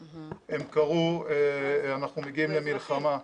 הם קראו: אנחנו מגיעים למלחמה.